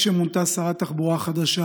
כשמונתה שרת תחבורה חדשה,